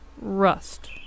Rust